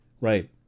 Right